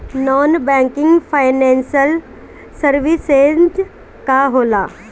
Non banking financial services का होला?